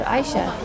Aisha